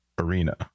arena